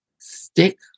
Stick